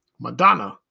Madonna